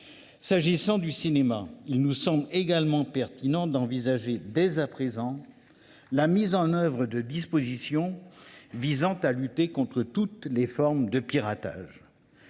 viens au cinéma. Il nous semble également pertinent d’envisager dès à présent la mise en œuvre de dispositions visant à lutter contre toutes les formes de piratage.